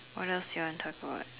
what else do you want to talk about